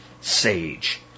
sage